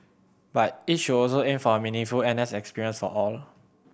but it should also aim for a meaningful N S experience for all